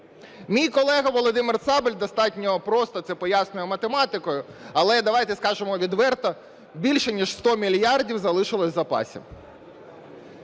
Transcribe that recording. Мій колега Володимир Цабаль достатньо просто це пояснює математикою, але давайте скажемо відверто, більше ніж 100 мільярдів залишилося в запасі.